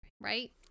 right